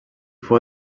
fou